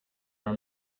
our